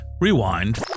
Rewind